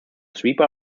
sweeper